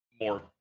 more